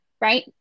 right